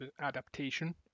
adaptation